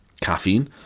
caffeine